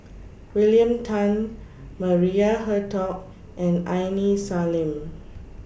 William Tan Maria Hertogh and Aini Salim